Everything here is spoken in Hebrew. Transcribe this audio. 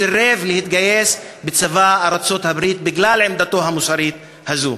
וסירב להתגייס לצבא ארצות-הברית בגלל עמדה מוסרית זו.